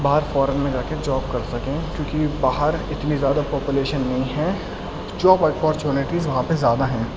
باہر فارن میں جاکے جاب کر سکیں کیونکہ باہر اتنی زیادہ پاپولیشن نہیں ہے جاب اپورچنٹیز وہاں پہ زیادہ ہیں